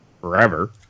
forever